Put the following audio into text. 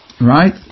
Right